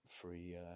free